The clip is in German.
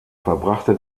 verbrachte